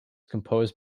composed